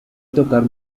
tocar